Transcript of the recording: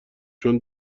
چون